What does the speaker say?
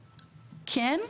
כן.